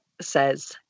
says